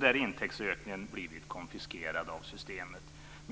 där intäktsökningen blivit konfiskerad av systemet.